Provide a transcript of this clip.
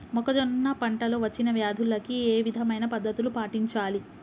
మొక్కజొన్న పంట లో వచ్చిన వ్యాధులకి ఏ విధమైన పద్ధతులు పాటించాలి?